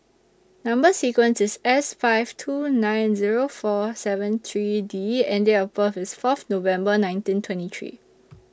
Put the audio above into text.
Number sequence IS S five two nine Zero four seven three D and Date of birth IS Fourth November nineteen twenty three